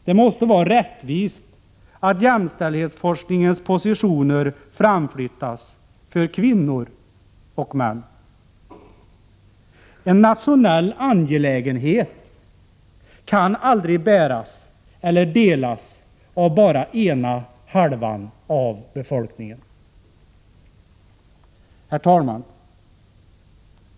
Det måste vara rättvist att jämställdhetsforskningens positioner framflyttas för kvinnor och män. En nationell angelägenhet kan aldrig bäras eller delas av bara ena halvan av befolkningen. Herr talman!